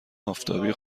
آفتابی